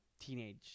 teenage